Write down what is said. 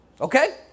Okay